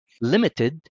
Limited